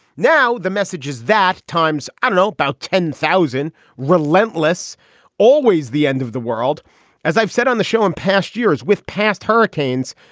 now the message is that times i don't know about ten thousand relentless always the end of the world as i've said on the show in past years with past hurricanes.